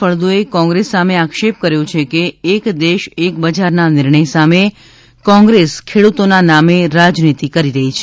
ફળદુએ કોંગ્રેસ સામે આક્ષેપ કર્યો છે કે એક દેશ એક બજારના નિર્ણય સામે કોંગ્રેસ ખેડૂતોના નામે રાજનીતી કરી રહી છે